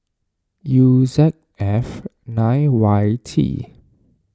U Z F nine Y T